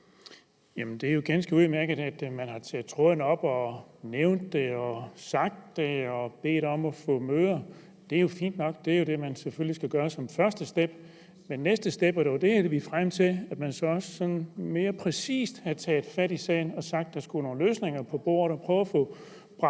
det er jo ganske udmærket, at man har taget tråden op og nævnt det og sagt det og bedt om at få møder. Det er jo fint nok, det er jo det, man selvfølgelig skal gøre som det første skridt. Men det næste skridt, og det var det, jeg ville frem til, var, at man så sådan mere præcist havde taget fat i sagen og sagt, at der skulle nogle løsninger på bordet, og prøvet at få bragt